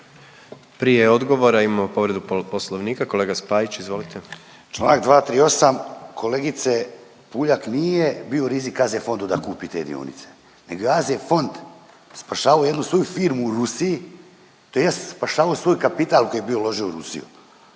Prije odgovora imamo povredu poslovnika, kolega Spajić izvolite. **Spajić, Daniel (DP)** Čl. 238., kolegice Puljak nije bio rizik AZ Fondu da kupi te dionice nego je AZ Fond spašavao jednu svoju firmu u Rusiji tj. spašavao je svoj kapital koji je bio uložio u Rusiju.